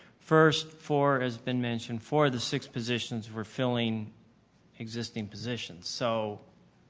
first four has been mentioned for the six positions we're filling existing positions. so,